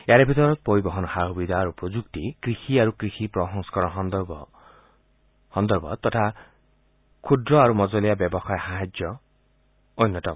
ইয়াৰে ভিতৰত পৰিবহন সা সুবিধা আৰু প্ৰযুক্তি কৃষি আৰু কৃষি প্ৰসংস্কৰণ সন্দৰ্ভত তথা ক্ষুদ্ৰ আৰু মজলীয়া ব্যৱসায় সাহায্য অন্যতম